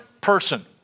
person